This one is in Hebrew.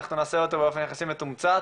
ואנחנו נעשה אותו באופן יחסי מתומצת